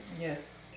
yes